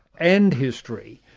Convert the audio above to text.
and history,